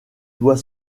doit